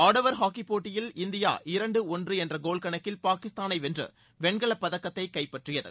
ஆடவா் ஹாக்கி போட்டியில் இந்தியா இரண்டுக்கு ஒன்று என்ற கோல் கணக்கில் பாகிஸ்தானை வென்று வெண்கலப் பதக்கத்தை கைப்பற்றியது